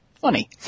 funny